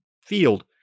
field